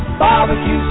barbecue